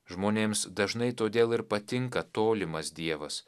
žmonėms dažnai todėl ir patinka tolimas dievas